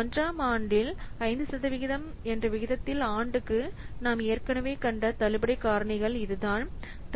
1 ஆம் ஆண்டில் 5 சதவிகிதம் என்ற விகிதத்தில் ஆண்டுக்கு நாம் ஏற்கனவே கண்ட தள்ளுபடி காரணிகள் இதுதான்